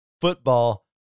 football